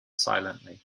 silently